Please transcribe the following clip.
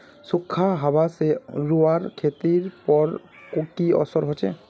सुखखा हाबा से रूआँर खेतीर पोर की असर होचए?